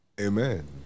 Amen